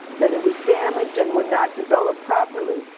that it was damaged and would not develop properly.